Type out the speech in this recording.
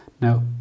Now